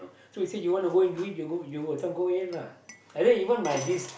so I say you want to go and do it you yourself go and ahead lah and then even my this